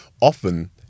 Often